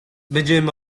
będziemy